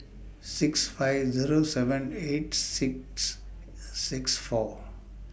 six five Zero seven eight six six four